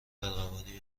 ارغوانی